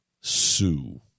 Sue